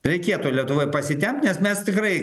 reikėtų lietuvoj pasitempt nes mes tikrai